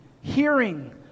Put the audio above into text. hearing